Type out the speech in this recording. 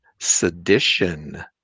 sedition